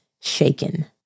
shaken